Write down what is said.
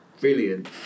Brilliant